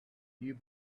you